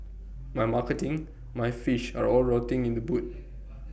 my marketing my fish are all rotting in the boot